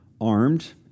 armed